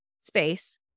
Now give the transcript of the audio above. space